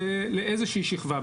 לאיזה שהיא שכבה.